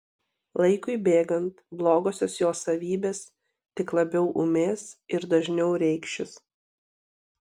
laikui bėgant blogosios jo savybės tik labiau ūmės ir dažniau reikšis